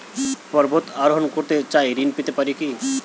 পর্বত আরোহণ করতে চাই ঋণ পেতে পারে কি?